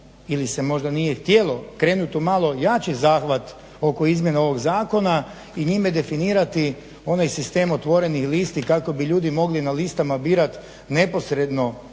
ili se možda nije htjelo krenuti j amlo jači zahvat oko izmjena ovog zakona i njime definirati onaj sistem otvorenih listi kako bi ljudi mogli na listama birati neposredno